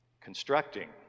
constructing